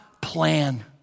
plan